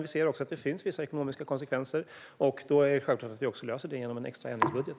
Vi ser att det finns vissa ekonomiska konsekvenser, och då är det självklart att vi också löser det genom en extra ändringsbudget.